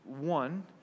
One